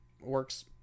works